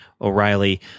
O'Reilly